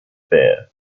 fair